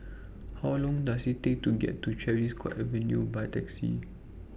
How Long Does IT Take to get to Tavistock Avenue By Taxi